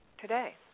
today